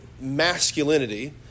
masculinity